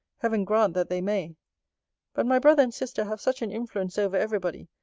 heaven grant that they may but my brother and sister have such an influence over every body,